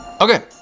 Okay